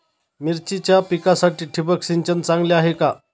मिरचीच्या पिकासाठी ठिबक सिंचन चांगले आहे का?